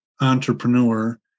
entrepreneur